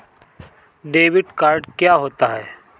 Debit card क्या होता है?